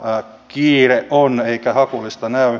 kiire on eikä hakulista näy